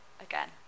again